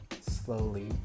slowly